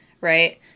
Right